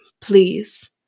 Please